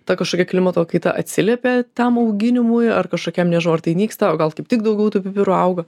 ta kažkokia klimato kaita atsiliepia tam auginimui ar kažkokiam nežinau ar tai nyksta o gal kaip tik daugiau tų pipirų auga